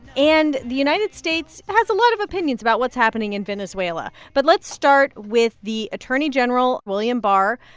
and the united states has a lot of opinions about what's happening in venezuela. but let's start with the attorney general, william barr.